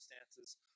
circumstances